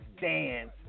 dance